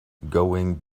going